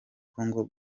kongo